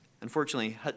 Unfortunately